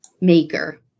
maker